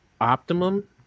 Optimum